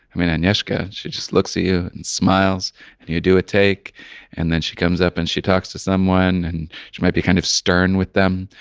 i mean, agnieszka, she just looks at you and smiles and you do a take and then she comes up and she talks to someone and she might be kind of stern with them.